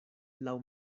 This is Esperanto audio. laŭ